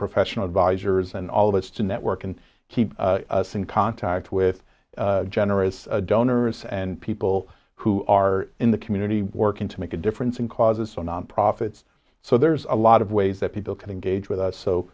professional advisors and all of us to network and keep us in contact with generous donors and people who are in the community working to make a difference in causes so nonprofits so there's a lot of ways that people can engage with us so